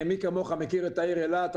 מי כמוך מכיר את העיר אילת.